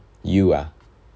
you ah